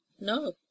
No